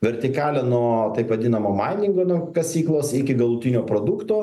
vertikalę nuo taip vadinamo mainingano kasyklos iki galutinio produkto